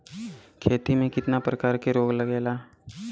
खेती में कितना प्रकार के रोग लगेला?